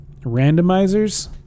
randomizers